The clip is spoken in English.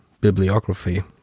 bibliography